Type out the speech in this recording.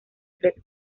tres